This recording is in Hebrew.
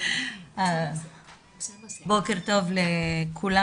בוקר טוב לכולם.